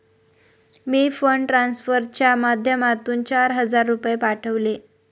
मी fund ट्रान्सफरच्या माध्यमातून चार हजार रुपये पाठवले